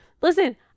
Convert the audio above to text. listen